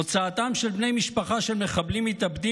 הוצאתם של בני משפחה של מחבלים מתאבדים